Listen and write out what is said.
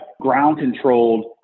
ground-controlled